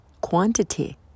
quantity